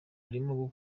arimo